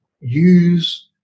use